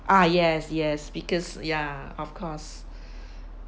ah yes yes because ya of course